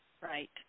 Right